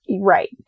Right